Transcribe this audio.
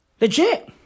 Legit